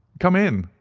come in,